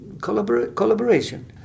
collaboration